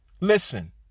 Listen